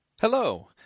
Hello